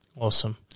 Awesome